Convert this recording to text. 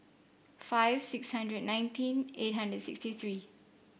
five six hundred and nineteen eight hundred sixty three